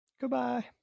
Goodbye